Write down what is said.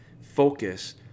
focus